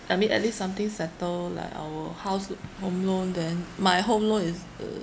I mean at least something settle like our house l~ home loan then my home loan is uh